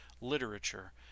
literature